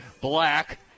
Black